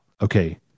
okay